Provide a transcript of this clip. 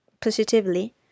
Positively